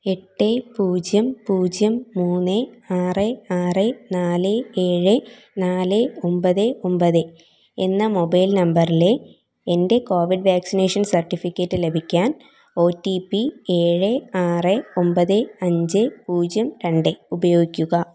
എട്ട് പൂജ്യം പൂജ്യം മൂന്ന് ആറ് ആറ് നാല് ഏഴ് നാല് ഒമ്പത് ഒമ്പത് എന്ന മൊബൈൽ നമ്പറിലെ എൻ്റെ കോവിഡ് വാക്സിനേഷൻ സർട്ടിഫിക്കറ്റ് ലഭിക്കാൻ ഒ ടി പി ഏഴ് ആറ് ഒമ്പത് അഞ്ച് പൂജ്യം രണ്ട് ഉപയോഗിക്കുക